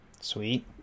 Sweet